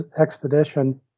expedition